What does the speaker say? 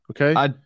Okay